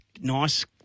nice